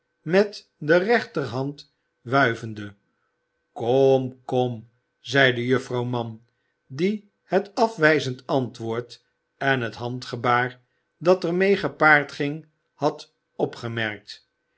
met de rechterhand wuivende kom kom zeide juffrouw mann die het afwijzend antwoord en het handgebaar dat er mee gepaard ging had opgemerkt